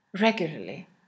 regularly